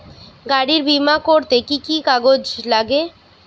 গাড়ীর বিমা করতে কি কি কাগজ লাগে?